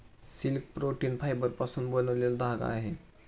silk protein फायबरपासून बनलेला धागा आहे